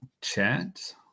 chat